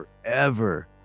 forever